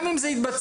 גם אם זה התבצע,